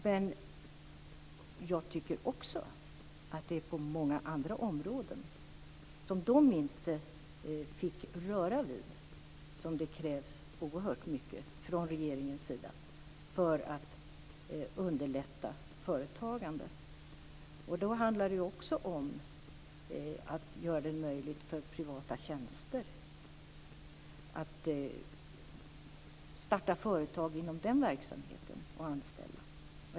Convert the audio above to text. Men jag tycker också att det krävs oerhört mycket från regeringens sida på många andra områden, som delegationen inte fick röra vid, för att underlätta företagande. Då handlar det också om att göra det möjligt att starta privata tjänsteföretag och att anställa.